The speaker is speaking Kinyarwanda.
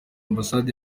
ambasade